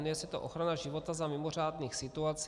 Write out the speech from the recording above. Jmenuje se to ochrana života za mimořádných situací.